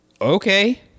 okay